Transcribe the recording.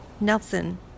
Nelson